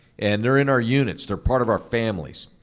and they're in our units, they're part of our families.